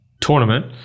Tournament